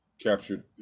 captured